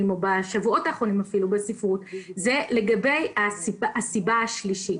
ובשבועות האחרונים בספרות זה הסיבה השלישית: